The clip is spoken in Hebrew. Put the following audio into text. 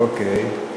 אוקיי.